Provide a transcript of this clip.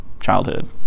childhood